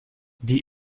die